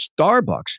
Starbucks